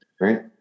right